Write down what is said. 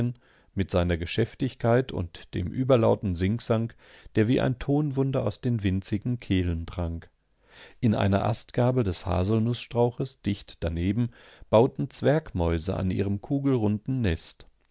mit seiner geschäftigkeit und dem überlauten singsang der wie ein tonwunder aus den winzigen kehlen drang in einer astgabel des haselnußstrauches dicht daneben bauten zwergmäuse an ihrem kugelrunden nest